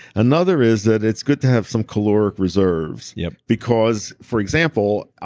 another is that it's good to have some caloric reserves. yeah because for example,